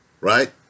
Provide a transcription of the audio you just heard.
Right